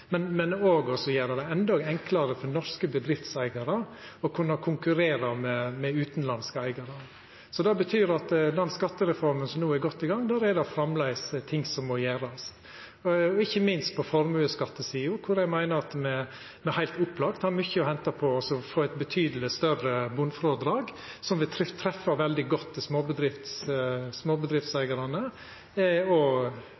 men me er på langt nær i mål med å leggja om skattesystemet, både til fordel for å gjera det meir lønsamt og attraktivt å ta grøne val i kvardagen og i styreromma, og for å gjera det endå enklare for norske bedriftseigarar å kunna konkurrera med utanlandske eigarar. Det betyr at i den skattereforma som no er godt i gang, er det framleis ting som må gjerast, ikkje minst når det gjeld formuesskatt, kor eg meiner at me heilt opplagt har